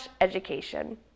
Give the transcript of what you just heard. education